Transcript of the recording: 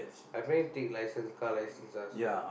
I planning take license car license ah soon